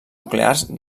nuclears